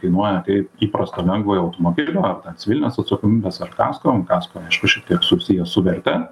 kainuoja kaip įprasto lengvojo automobilio civilinės atsakomybės ar kasko kasko aišku šiek tiek susiję su verte